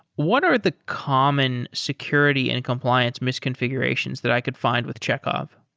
what are the common security and compliance misconfigurations that i could find with chekhov?